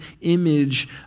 image